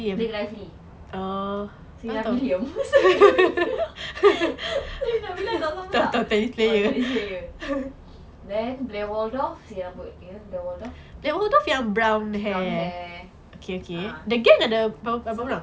blake lively selena william selena wiliam sejak bila nak sama tak oh tersay then blair waldorf selena booked dia the waldorf brown hair ah siapa